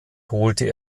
holte